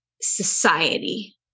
society